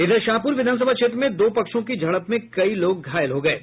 उधर शाहपुर विधानसभा क्षेत्र में दो पक्षों की झड़प में कई लोग घायल भी हुए हैं